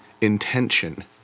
intention